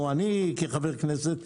או אני כחבר כנסת,